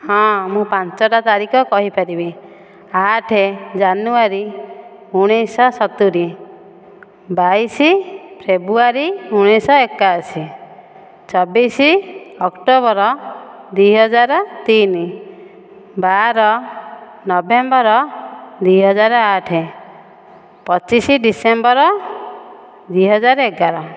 ହଁ ମୁଁ ପାଞ୍ଚଟା ତାରିଖ କହିପାରିବି ଆଠ ଜାନୁଆରୀ ଉଣେଇଶଶହ ସତୁରି ବାଇଶ ଫେବୃଆରୀ ଉଣେଇଶଶହ ଏକାଅଶୀ ଚବିଶ ଅକ୍ଟୋବର ଦୁଇ ହଜାର ତିନି ବାର ନଭେମ୍ବର ଦୁଇ ହଜାର ଆଠ ପଚିଶ ଡିସେମ୍ବର ଦୁଇ ହଜାର ଏଗାର